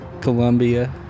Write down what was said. Colombia